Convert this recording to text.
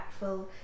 impactful